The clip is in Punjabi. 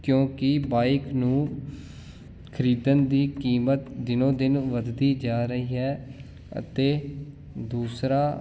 ਕਿਉਂਕਿ ਬਾਈਕ ਨੂੰ ਖਰੀਦਣ ਦੀ ਕੀਮਤ ਦਿਨੋਂ ਦਿਨ ਵਧਦੀ ਜਾ ਰਹੀ ਹੈ ਅਤੇ ਦੂਸਰਾ